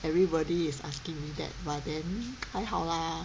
everybody is asking me that but then 还好啦